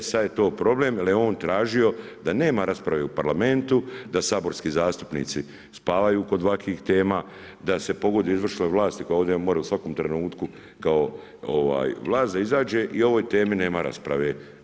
E, sad je to problem jer je on tražio da nema rasprave u parlamentu, da saborski zastupnici spavaju kod ovakvih tema, da se pogoduje izvršnoj vlasti koja ovdje mora u svakom trenutku kao vlast da izađe i o ovoj temi nema rasprave.